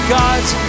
god's